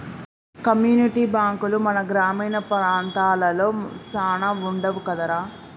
community బాంకులు మన గ్రామీణ ప్రాంతాలలో సాన వుండవు కదరా